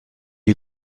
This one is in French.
est